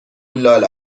لال